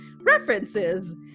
references